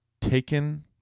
taken